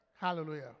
Hallelujah